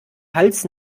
hals